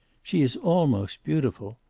she is almost beautiful.